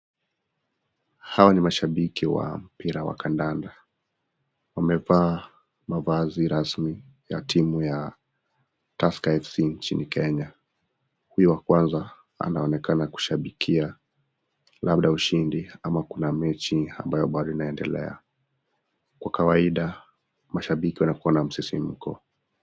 Hawa ni mashabiki wa mpira wa kandanda, wamevaa mavazi rasmi ya timu ya Tusker FC nchini Kenya. Huyu wa kwanza anaonekana kushabikia labda ushindi ama kuna mechi ambayo bado inaendelea ,kwa kawaida mashabiki hua na msisimuko.